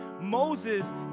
Moses